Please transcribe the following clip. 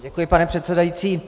Děkuji, pane předsedající.